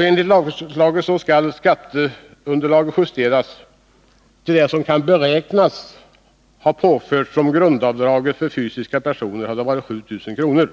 Enligt lagförslaget skall skatteunderlaget justeras till det som kan beräknas ha påförts, om grundavdraget för fysiska personer varit 7 000 kr.